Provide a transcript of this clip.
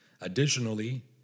Additionally